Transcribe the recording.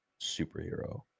superhero